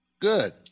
Good